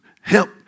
help